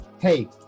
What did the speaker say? Hey